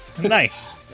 Nice